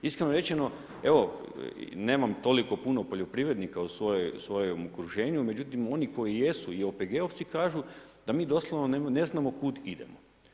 Iskreno rečeno, evo nemam toliko puno poljoprivrednika u svojem okruženju, međutim, oni koji jesu i OPG-ovci kažu da mi doslovno ne znamo kud idemo.